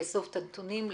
לאסוף את הנתונים,